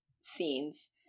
scenes